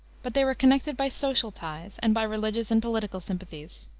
but they were connected by social ties and by religious and political sympathies.